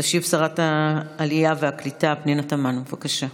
תשיב שרת העלייה והקליטה פנינה תמנו, בבקשה.